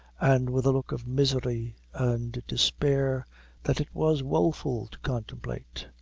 and with a look of misery and despair that it was woeful to contemplate.